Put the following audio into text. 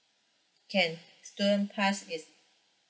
can student pass yes